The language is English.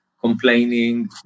complaining